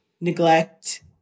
neglect